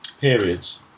periods